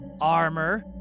Armor